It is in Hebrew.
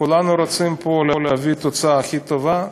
כולנו רוצים להביא תוצאה הכי טובה,